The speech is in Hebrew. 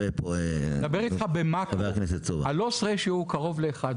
רגע, אני מדבר איתך במקרו, הלוס רשיו קרוב לאחד.